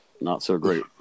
not-so-great